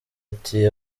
ati